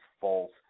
false